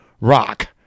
Rock